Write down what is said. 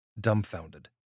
dumbfounded